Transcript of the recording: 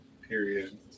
period